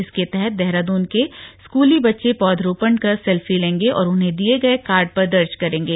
इसके तहत देहरादून के स्कूली बच्चे पौधरोपण कर सेल्फी लेंगे और उन्हें दिए गए कार्ड पर दर्ज करेंगे